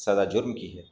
سزا جرم کی ہے